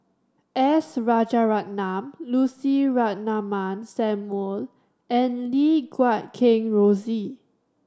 S Rajaratnam Lucy Ratnammah Samuel and Lim Guat Kheng Rosie